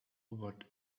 what